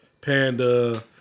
Panda